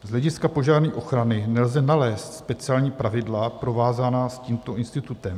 Z hlediska požární ochrany nelze nalézt speciální pravidla provázaná s tímto institutem.